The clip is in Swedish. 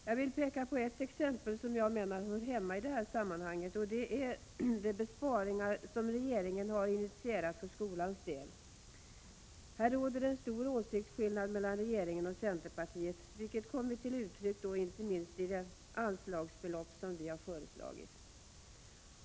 Jag vill peka på ett exempel som hör hemma i det här sammanhanget, nämligen de besparingar som regeringen har initierat för skolans del. Här råder det en stor åsiktsskillnad mellan regeringen och centerpartiet, som kommit till uttryck inte minst i det anslagsbelopp vi har föreslagit.